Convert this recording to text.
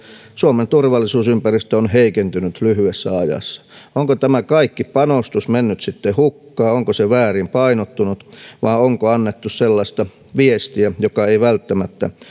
suomen turvallisuusympäristö on heikentynyt lyhyessä ajassa onko tämä kaikki panostus mennyt sitten hukkaan onko se väärin painottunut vai onko annettu sellaista viestiä joka ei välttämättä